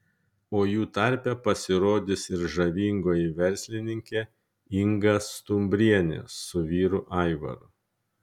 o jų tarpe pasirodys ir žavingoji verslininkė inga stumbrienė su vyru aivaru